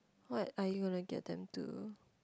what are you likely to attempt to